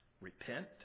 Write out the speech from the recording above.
Repent